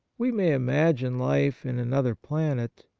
we may imagine life in another planet,